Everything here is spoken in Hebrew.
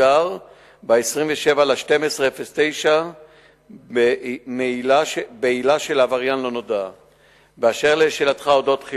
רצוני לשאול: 1. מה העלתה חקירת המשטרה עד כה?